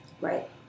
Right